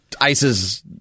ISIS